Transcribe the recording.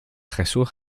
jesús